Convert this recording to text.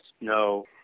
no